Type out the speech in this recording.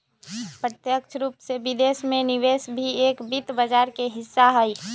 प्रत्यक्ष रूप से विदेश में निवेश भी एक वित्त बाजार के हिस्सा हई